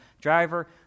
driver